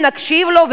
אם נקשיב לו,